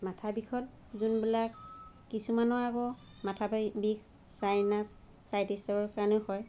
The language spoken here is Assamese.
মাথা বিষত যোনবিলাক কিছুমানৰ আক মাথা বা বিষ ছাইনাছ চাইটিছৰ কাৰণেও হয়